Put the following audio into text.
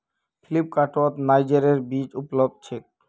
फ्लिपकार्टत नाइजरेर बीज उपलब्ध छेक